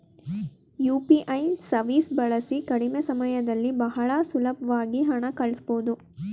UPI ಸವೀಸ್ ಬಳಸಿ ಕಡಿಮೆ ಸಮಯದಲ್ಲಿ ಬಹಳ ಸುಲಬ್ವಾಗಿ ಹಣ ಕಳಸ್ಬೊದು